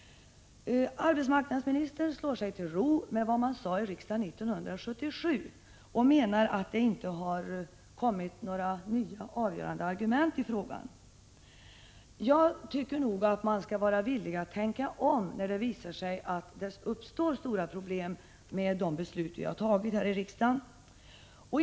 Arbetsmarknadsministern slår sig till ro med vad som sades i riksdagen 1977. Hon menar att det inte kommit några nya avgörande argument i frågan. Jag tycker att man skall vara villig att tänka om, när det visar sig att det uppstår stora problem med de beslut som vi har fattat här i riksdagen.